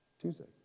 Tuesday